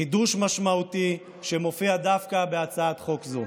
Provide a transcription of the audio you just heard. חידוש משמעותי חשוב, שמופיע דווקא בהצעת חוק זו.